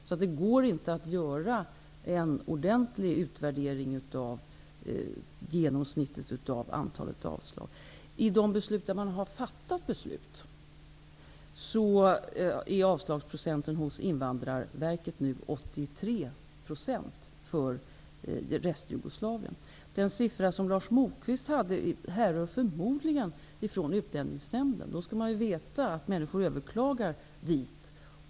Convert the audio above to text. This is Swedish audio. Det går alltså inte att göra en ordentlig utvärdering av genomsnittet av antalet avslag. I de ärenden som man har fattat beslut är avslagsprocenten hos Invandrarverket nu 83 % för Restjugoslavien. Den siffra som Lars Moquist hade härrör förmodligen från Utlänningsnämnden. Då skall man veta att människor överklagar dit.